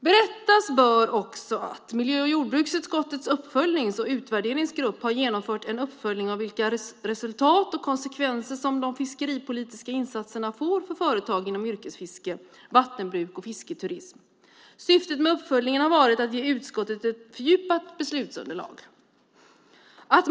Berättas bör också att miljö och jordbruksutskottets uppföljnings och utvärderingsgrupp har gjort en uppföljning av vilka resultat och konsekvenser som de fiskeripolitiska insatserna får för företag inom yrkesfiske, vattenbruk och fisketurism. Syftet med uppföljningen har varit att ge utskottet ett fördjupat beslutsunderlag.